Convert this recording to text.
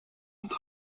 and